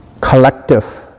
collective